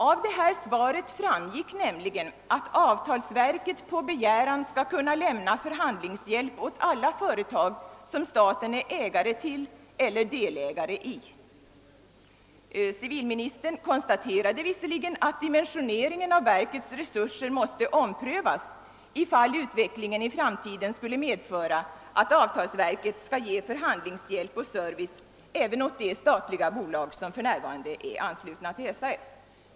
Av svaret framgick nämligen att avtalsverket på begäran skall kunna lämna förhandlingshjälp åt alla företag som staten är ägare till eller delägare i. Civilministern konstaterade visserligen att dimensioneringen av verkets resurser måste omprövas ifall utvecklingen i framtiden skulle medföra att avtalsverket skall ge förhandlingshjälp och service även åt de statliga bolag som för närvarande är anslutna till SAF.